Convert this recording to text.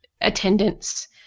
attendance